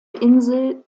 insel